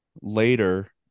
later